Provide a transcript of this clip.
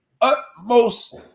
utmost